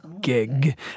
gig